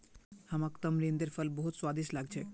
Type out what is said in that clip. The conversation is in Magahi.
हमाक तमरिंदेर फल बहुत स्वादिष्ट लाग छेक